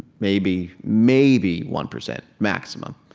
maybe maybe one percent, maximum.